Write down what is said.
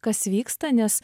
kas vyksta nes